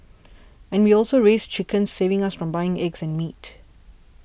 and we also raise chickens saving us from buying eggs and meat